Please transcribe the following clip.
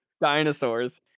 dinosaurs